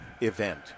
event